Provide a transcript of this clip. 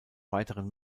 weiteren